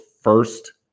first